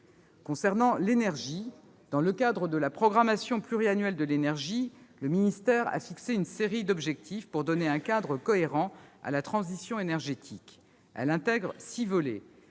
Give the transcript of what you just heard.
Concernant l'énergie, dans le cadre de la programmation pluriannuelle de l'énergie, le ministère a fixé une série d'objectifs pour donner un cadre cohérent à la transition énergétique. Elle intègre six volets